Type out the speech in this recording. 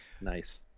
Nice